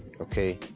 okay